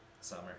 Summer